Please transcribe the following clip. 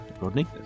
Rodney